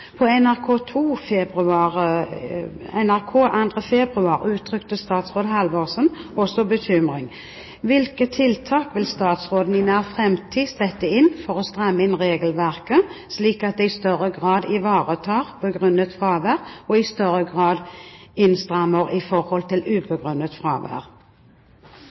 På NRK 2. februar uttrykte statsråd Halvorsen også bekymring. Hvilke tiltak vil statsråden i nær fremtid sette inn for å stramme inn regelverket slik at det i større grad ivaretar begrunnet fravær og i større grad innstrammer i forhold til ubegrunnet fravær?»